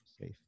safe